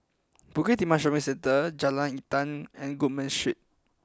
Bukit Timah Shopping Centre Jalan Intan and Goodman Road